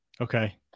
Okay